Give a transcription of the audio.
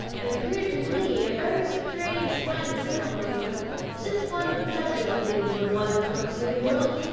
it appeared to me a very strange kind of ceremony but thus one judges of things when one has not seen the world.